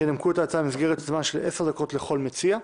ינמקו את ההצעה במסגרת זמן של עשר דקות לכל מציע,